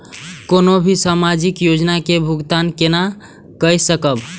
कोनो भी सामाजिक योजना के भुगतान केना कई सकब?